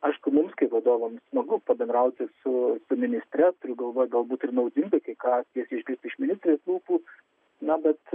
aišku mums kaip vadovams smagu pabendrauti su ministre turiu galvoj galbūt ir naudinga kai ką tiesiai išgirsti iš ministrės lūpų na bet